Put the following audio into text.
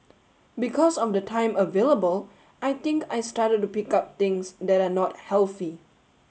because of the time available I think I started to pick up things that are not healthy